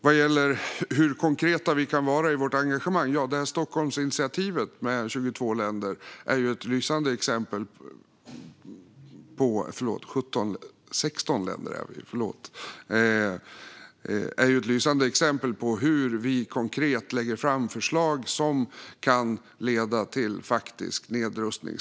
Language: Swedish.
Vad gäller hur konkreta vi kan vara i vårt engagemang är Stockholmsinitiativet med 16 länder ett lysande exempel på hur vi konkret lägger fram förslag som kan leda till faktisk nedrustning.